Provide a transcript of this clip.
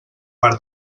per